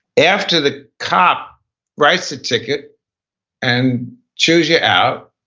after the cop writes the ticket and chews you out